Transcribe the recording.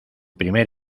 primer